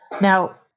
Now